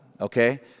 okay